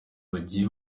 bagiye